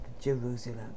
Jerusalem